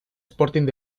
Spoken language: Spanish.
sporting